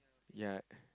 ya